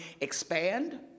expand